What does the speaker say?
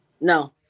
No